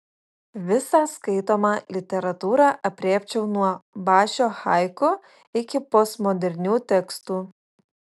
visą skaitomą literatūrą aprėpčiau nuo bašio haiku iki postmodernių tekstų